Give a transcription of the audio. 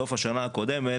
בסוף השנה הקודמת,